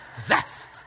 Zest